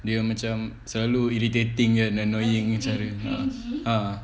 dia macam selalu irritating kan annoying macam mana ah